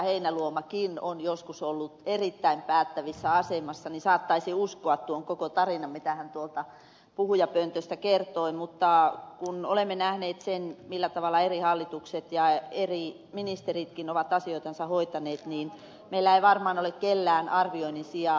heinäluomakin on joskus ollut erittäin päättävässä asemassa niin saattaisi uskoa tuon koko tarinan mitä hän tuolta puhujapöntöstä kertoi mutta kun olemme nähneet sen millä tavalla eri hallitukset ja eri ministeritkin ovat asioitansa hoitaneet niin meillä ei varmaan ole kellään arvioinnin sijaa